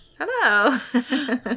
Hello